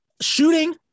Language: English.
shooting